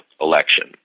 election